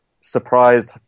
surprised